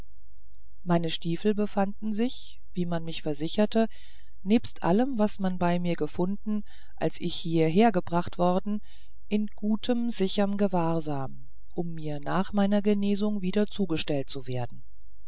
meine stiefel befanden sich wie man mich versicherte nebst allem was man bei mir gefunden als ich hieher gebracht worden in gutem und sicherm gewahrsam um mir nach meiner genesung wieder zugestellt zu werden